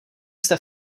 jste